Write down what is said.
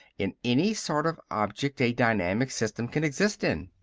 in any sort of object a dynamic system can exist in.